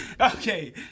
okay